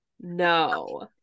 No